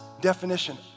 definition